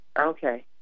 Okay